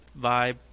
vibe